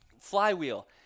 Flywheel